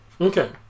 Okay